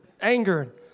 anger